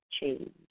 change